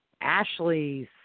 Ashley's